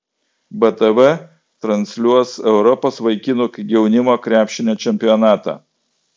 btv transliuos europos vaikinų jaunimo krepšinio čempionatą